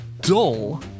dull